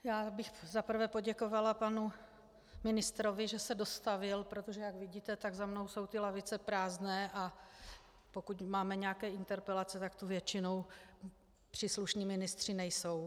Já bych za prvé poděkovala panu ministrovi, že se dostavil, protože jak vidíte, tak za mnou jsou ty lavice prázdné, a pokud máme nějaké interpelace, tak tu většinou příslušní ministři nejsou.